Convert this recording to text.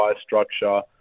structure